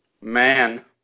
man